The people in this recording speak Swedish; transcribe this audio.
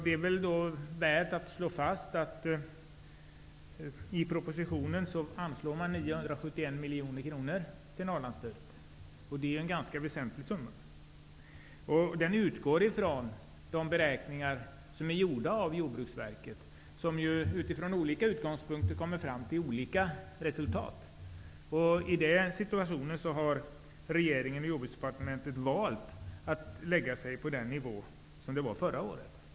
Det är värt att slå fast att regeringen anslår 971 miljoner kronor till Norrlandsstödet. Det är en ganska väsentlig summa. Den utgår från de beräkningar som Jordbruksverket har gjort, som ju från olika utgångspunkter kommer fram till olika resultat. I den situationen har regeringen och Jordbruksdepartementet valt att lägga stödet på samma nivå som förra året.